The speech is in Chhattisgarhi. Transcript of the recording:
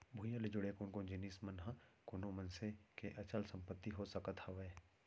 भूइयां ले जुड़े कोन कोन जिनिस मन ह कोनो मनसे के अचल संपत्ति हो सकत हवय?